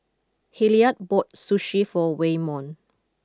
Hilliard bought Sushi for Waymon